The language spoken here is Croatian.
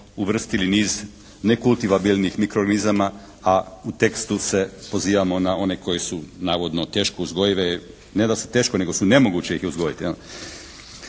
uvrstili …/Govornik se ne razumije./… organizama, a u tekstu se pozivamo na one koji su navodno teško uzgojive. Ne da su teško nego su nemoguće ih je uzgojiti.